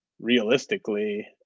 realistically